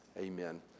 Amen